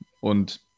Und